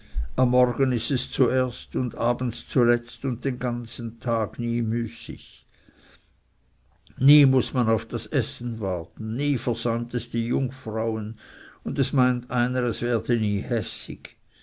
am morgen ist es zuerst und abends zuletzt und den ganzen tag nie müßig nie muß man auf das essen warten nie versäumt es die jungfrauen und es meint einer es werde nie hässig